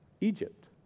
Egypt